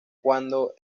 cuando